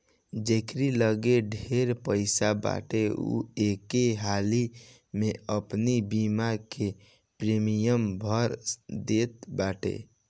जकेरी लगे ढेर पईसा बाटे उ एके हाली में अपनी बीमा के प्रीमियम भर देत बाटे